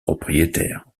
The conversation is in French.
propriétaire